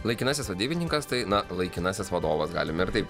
laikinasis vadybininkas tai na laikinasis vadovas galim ir taip